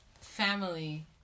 family